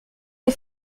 des